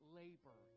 labor